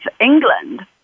England